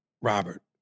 Robert